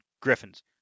griffins